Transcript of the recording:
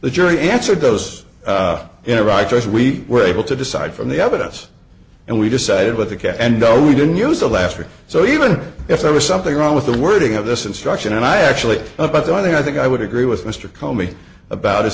the jury answered those interactions we were able to decide from the evidence and we decided with the cat and we didn't use the last word so even if there was something wrong with the wording of this instruction and i actually about the one thing i think i would agree with mr comey about is